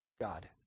God